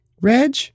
Reg